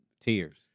tears